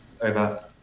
over